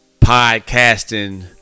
podcasting